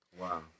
Wow